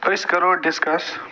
أسۍ کَرُو ڈِسکَس